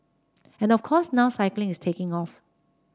and of course now cycling is taking off